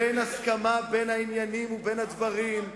ואין הסכמה בין העניינים ובין הדברים.